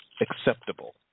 acceptable